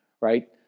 Right